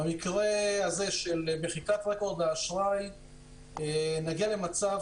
במקרה הזה של מחיקת רקורד האשראי נגיע למצב